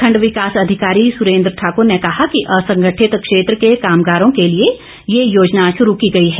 खंड विकास अधिकारी सुरेंद्र ठाकर ने कहा कि असंगठित क्षेत्र के कामगारों के लिए यह योजना शुरू की गई है